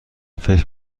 فکر